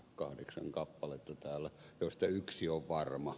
kahdeksan kappaletta täällä joista yksi on varma